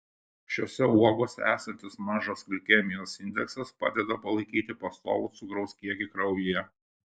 šiose uogose esantis mažas glikemijos indeksas padeda palaikyti pastovų cukraus kiekį kraujyje